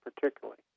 particularly